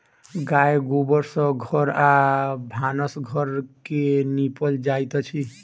गाय गोबर सँ घर आ भानस घर के निपल जाइत अछि